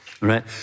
right